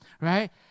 right